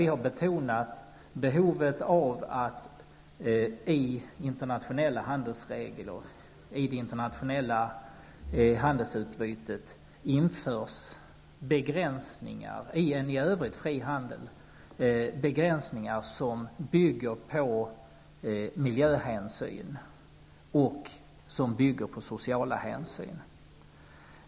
Vi har betonat behovet av att internationella handelsregler i det internationella handelsutbytet införa begränsningar i en i övrigt fri handel. Begränsningarna skall bygga på miljöhänsyn och sociala hänsyn.